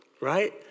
right